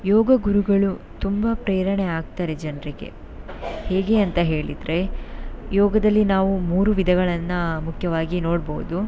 ಯೋಗ ಗುರುಗಳು ತುಂಬ ಪ್ರೇರಣೆ ಆಗ್ತಾರೆ ಜನರಿಗೆ ಹೇಗೆ ಅಂತ ಹೇಳಿದರೆ ಯೋಗದಲ್ಲಿ ನಾವು ಮೂರು ವಿಧಗಳನ್ನು ಮುಖ್ಯವಾಗಿ ನೋಡ್ಬೌದು